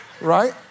Right